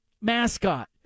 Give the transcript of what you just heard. mascot